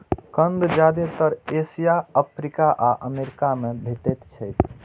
कंद जादेतर Asia, Africa आ अमेरिका मे भेटैत छैक